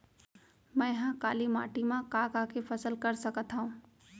मै ह काली माटी मा का का के फसल कर सकत हव?